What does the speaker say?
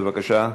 בבקשה.